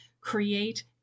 create